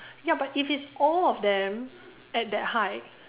ya but if it's all of them at that height